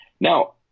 Now